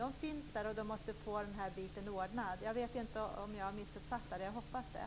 De finns där och måste få den här biten ordnad. Jag vet inte om jag missuppfattade Rune Evensson. Jag hoppas det.